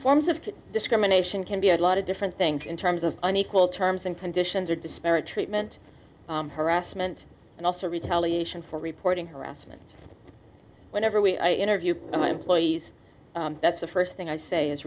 forms of discrimination can be a lot of different things in terms of unequal terms and conditions of disparate treatment harassment and also retaliation for reporting harassment whenever we interviewed my employees that's the first thing i'd say is